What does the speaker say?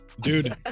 Dude